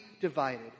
divided